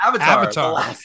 Avatar